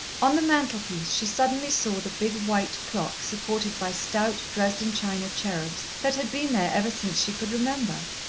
on the mantelpiece she suddenly saw the big white clock, supported by stout dresden-china cherubs, that had been there ever since she could remember.